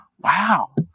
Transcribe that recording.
Wow